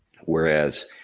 whereas